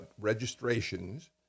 registrations